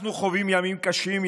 אנחנו חווים ימים קשים,